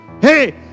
hey